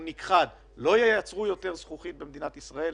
הוא נכחד לא ייצרו יותר זכוכית במדינת ישראל,